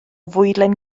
fwydlen